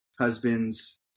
husbands